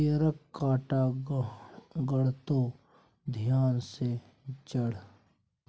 बेरक कांटा गड़तो ध्यान सँ चढ़